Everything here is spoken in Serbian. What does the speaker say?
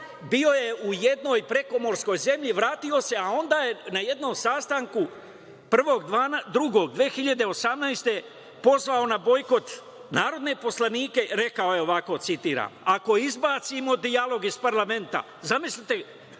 Bio je u jednoj prekomorskoj zemlji, vratio se, a onda je na jednom sastanku 2. decembra 2018. godine pozvao na bojkot narodne poslanike. Rekao je ovako, citiram: „Ako izbacimo dijalog iz parlamenta“, zamislite